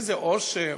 איזה אושר,